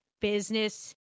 business